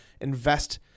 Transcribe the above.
invest